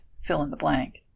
fill-in-the-blank